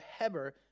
Heber